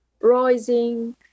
rising